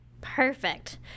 Perfect